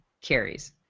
carries